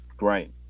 right